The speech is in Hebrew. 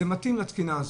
זה מתאים לתקינה הזאת.